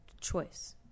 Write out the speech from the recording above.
choice